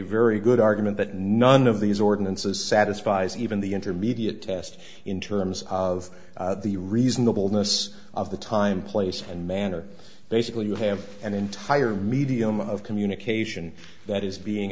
a very good argument that none of these ordinances satisfies even the intermediate test in terms of the reasonable ness of the time place and manner basically you have an entire medium of communication that is being